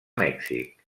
mèxic